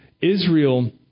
Israel